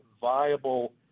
viable